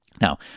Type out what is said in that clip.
Now